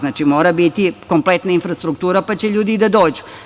Znači, mora biti kompletna infrastruktura, pa će ljudi da dođu.